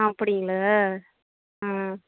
அப்படிங்களா ம்